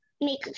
make